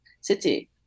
city